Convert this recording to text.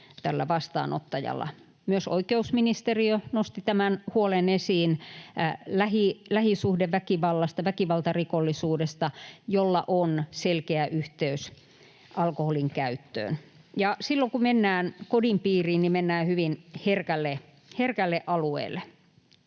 tällä vastaanottajalla. Myös oikeusministeriö nosti tämän huolen esiin lähisuhdeväkivallasta, väkivaltarikollisuudesta, jolla on selkeä yhteys alkoholinkäyttöön. Silloin, kun mennään kodin piiriin, mennään hyvin herkälle alueelle.